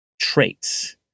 traits